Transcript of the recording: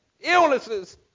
Illnesses